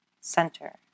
center